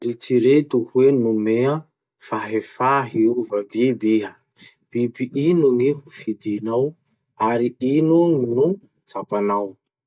Eritsereto hoe nomea fahefà hiova biby iha. Biby ino gny ho fidinao, ary ino no tsapanao?